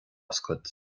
oscailt